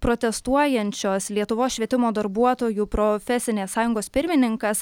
protestuojančios lietuvos švietimo darbuotojų profesinės sąjungos pirmininkas